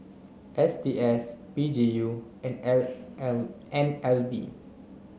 S T S P G U and L L N L B